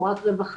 או רק רווחה,